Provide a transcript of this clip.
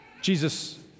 Jesus